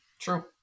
True